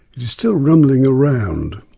it is still rumbling around.